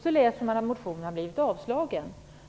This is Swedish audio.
Så läser man att motionen blir avstyrkt.